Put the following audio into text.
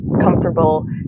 comfortable